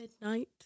midnight